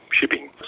shipping